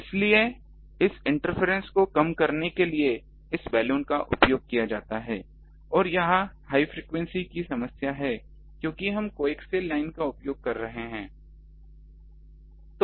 इसलिए इस इंटरफ्रेंस को कम करने के लिए इस बलून का उपयोग किया जाता है और यह हाई फ्रिकवेंसी की समस्या है क्योंकि हम कोएक्सियल लाइन का उपयोग कर रहे हैं